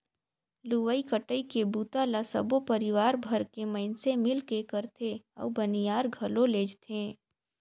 लुवई कटई के बूता ल सबो परिवार भर के मइनसे मिलके करथे अउ बनियार घलो लेजथें